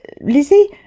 Lizzie